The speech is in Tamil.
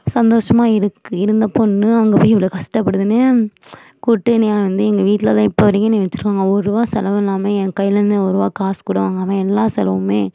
சந்தோஷமாக இருக் இருந்த பொண்ணு அங்கே போய் இவ்வளோ கஷ்டப்படுதுன்னு கூப்பிட்டு என்னையை வந்து எங்கள் வீட்ல தான் இப்போ வரைக்கும் என்னையை வச்சிருக்காங்க ஒர்ரூவா செலவு இல்லாமல் ஏன் கையில் இருந்து ஒர்ரூவா காசு கூட வாங்காமல் எல்லா செலவுமே